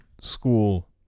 school